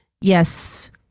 yes